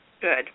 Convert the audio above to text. Good